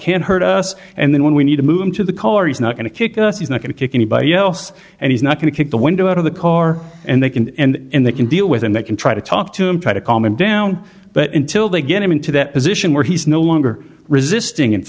can't hurt us and then when we need to move him to the car he's not going to kick us he's not going to kick anybody else and he's not going to kick the window out of the car and they can and they can deal with him they can try to talk to him try to calm him down but until they get him into that position where he's no longer resist